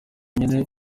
wenyine